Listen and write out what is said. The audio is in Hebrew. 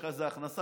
ויש לך איזה הכנסה,